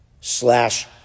slash